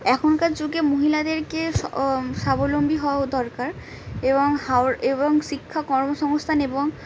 এখনকার যুগে মহিলাদেরকে স্বাবলম্বী হওয়া দরকার এবং হাওড় এবং শিক্ষা কর্মসংস্থান এবং